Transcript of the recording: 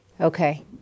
Okay